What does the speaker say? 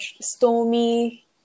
Stormy